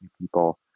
people